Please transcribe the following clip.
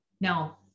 Now